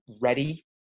ready